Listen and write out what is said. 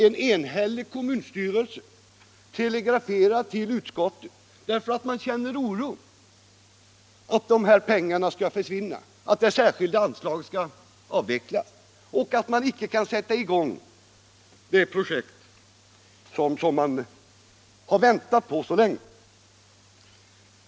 En enhällig kommunstyrelse telegraferar till utskottet därför att man känner oro för att dessa pengar skall försvinna, för att det särskilda anslaget skall avvecklas och för att man icke kan sätta i gång det projekt som man har väntat på så länge.